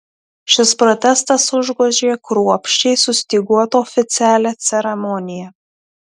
šis protestas užgožė kruopščiai sustyguotą oficialią ceremoniją